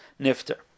nifter